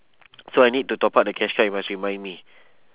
so I need to top up the cash card you must remind me